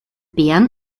bären